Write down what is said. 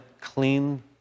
clean